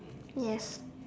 yes